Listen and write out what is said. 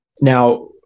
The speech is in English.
Now